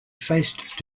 faced